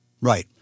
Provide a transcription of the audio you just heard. Right